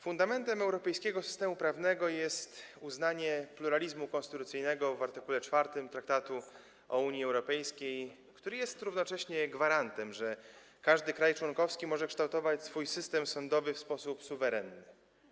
Fundamentem europejskiego systemu prawnego jest uznanie pluralizmu konstytucyjnego w art. 4 Traktatu o Unii Europejskiej, który jest równocześnie gwarantem, że każdy kraj członkowski może kształtować swój system sądowy w sposób suwerenny.